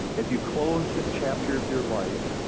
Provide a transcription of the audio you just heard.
as you close this chapter of your life,